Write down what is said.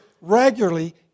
regularly